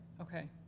Okay